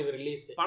release